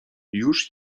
już